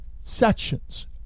sections